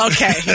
Okay